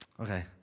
Okay